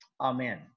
amen